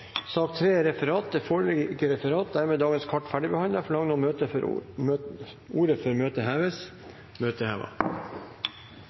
er allerede besvart. Dermed er sak nr. 2 avsluttet. Det foreligger ikke noe referat. Dermed er dagens kart ferdigbehandlet. Forlanger noen ordet før møtet heves? – Møtet